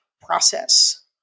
process